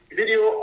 video